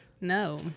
No